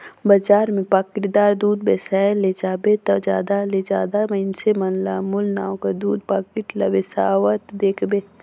बजार में पाकिटदार दूद बेसाए ले जाबे ता जादा ले जादा मइनसे मन ल अमूल नांव कर दूद पाकिट ल बेसावत देखबे